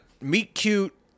meet-cute